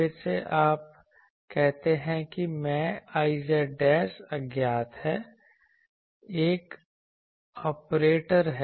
फिर से आप कहते हैं कि मैं Iz अज्ञात है एक ऑपरेटर है